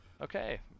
Okay